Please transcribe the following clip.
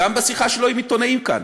גם בשיחה שלו עם עיתונים כאן,